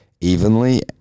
evenly